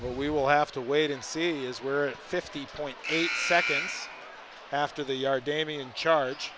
we will have to wait and see is where fifty point eight seconds after the hour damien charge